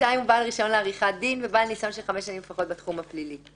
הוא בעל רישיון לעריכת דין ובעל ניסיון של חמש שנים לפחות בתחום הפלילי.